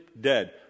dead